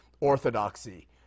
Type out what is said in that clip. orthodoxy